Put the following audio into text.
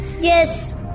Yes